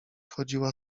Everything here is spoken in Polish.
chodziła